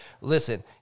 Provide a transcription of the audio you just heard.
Listen